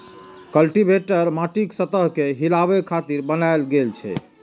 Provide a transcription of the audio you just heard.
cultivator माटिक सतह कें हिलाबै खातिर बनाएल गेल छै